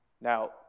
Now